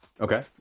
Okay